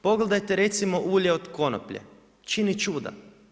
Pogledajte recimo ulje od konoplje, čini čuda.